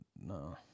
No